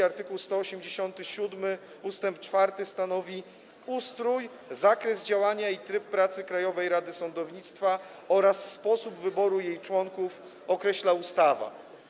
Art. 187 ust. 4 stanowi: Ustrój, zakres działania i tryb pracy Krajowej Rady Sądownictwa oraz sposób wyboru jej członków określa ustawa.